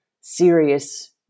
serious